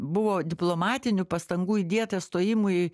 buvo diplomatinių pastangų įdėta stojimui